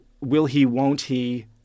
will-he-won't-he